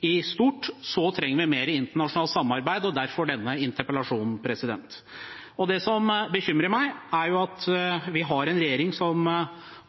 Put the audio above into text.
i det store og hele, trenger vi mer internasjonalt samarbeid – derfor denne interpellasjonen. Det som bekymrer meg, er